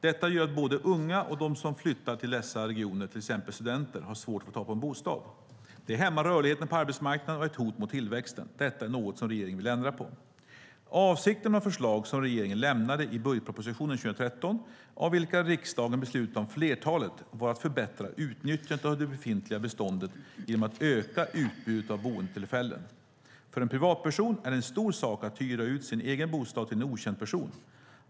Detta gör att både unga och de som flyttar till dessa regioner, till exempel studenter, har svårt att få tag på en bostad. Det hämmar rörligheten på arbetsmarknaden och är ett hot mot tillväxten. Detta är något som regeringen vill ändra på. Avsikten med de förslag som regeringen lämnade i budgetpropositionen 2013, av vilka riksdagen beslutade om flertalet, var att förbättra utnyttjandet av det befintliga beståndet genom att öka utbudet av boendetillfällen. För en privatperson är det en stor sak att hyra ut sin egen bostad till en okänd person.